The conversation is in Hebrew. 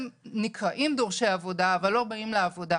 נקראים דורשי עבודה אבל לא באים לעבודה.